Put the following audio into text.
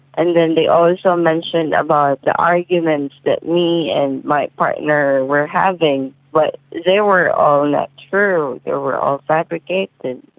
and then they also mentioned about the arguments that me and my partner were having. but they were all not true, they were all fabricated.